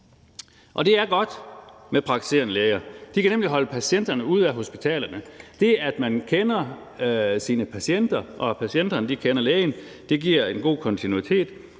Det er godt med praktiserende læger. De kan nemlig holde patienterne ude af hospitalerne. Det, at man kender sine patienter, og at patienterne kender lægen, giver en god kontinuitet,